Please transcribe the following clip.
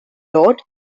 load